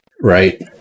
right